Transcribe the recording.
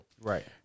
Right